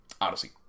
Odyssey